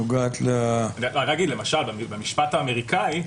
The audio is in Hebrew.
למשל במשפט האמריקאי,